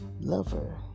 lover